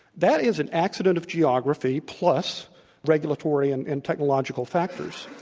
that is an accident of geography plus regulatory and and technological factors.